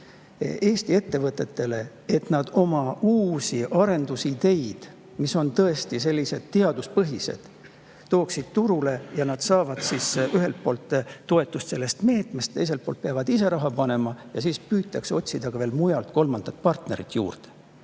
Eesti ettevõtetele, et need oma uusi arendusideid, mis on tõesti teaduspõhised, turule tooksid. Nad saavad ühelt poolt toetust sellest meetmest, teiselt poolt peavad ise raha panema ja siis püütakse otsida veel kolmandat partnerit juurde.